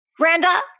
Randa